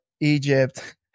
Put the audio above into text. Egypt